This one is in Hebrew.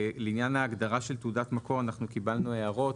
לעניין ההגדרה של תעודת מקור קיבלנו הערות.